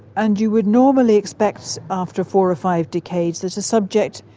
and you would normally expect after four or five decades that a subject.